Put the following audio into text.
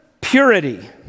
purity